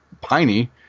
piney